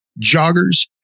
joggers